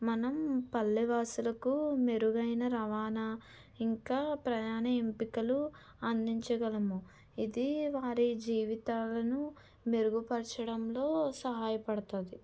మనం పల్లె వాసులకు మెరుగైన రవాణా ఇంకా ప్రయాణ ఎంపికలు అందించగలము ఇది వారి జీవితాలను మెరుగుపరచడంలో సహాయపడుతుంది